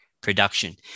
production